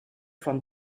von